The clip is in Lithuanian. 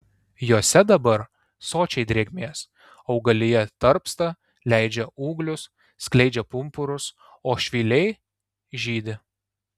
jose dabar sočiai drėgmės augalija tarpsta leidžia ūglius skleidžia pumpurus o švyliai žydi